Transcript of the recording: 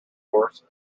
course